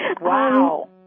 Wow